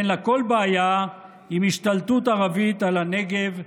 ואין לה כל בעיה עם השתלטות ערבית על הנגב והגליל.